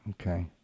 Okay